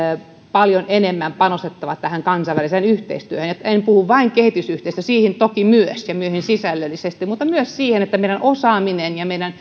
paljon enemmän panostettava tähän kansainväliseen yhteistyöhön en puhu vain kehitysyhteistyöstä siihen toki myös ja sisällöllisesti mutta myös siihen että meidän osaamista ja meidän